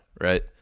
right